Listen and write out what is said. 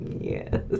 yes